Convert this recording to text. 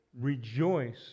rejoice